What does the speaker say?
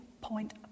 point